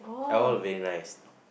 all very nice